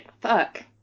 Fuck